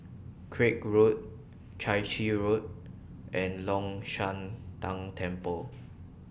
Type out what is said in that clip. Craig Road Chai Chee Road and Long Shan Tang Temple